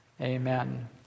Amen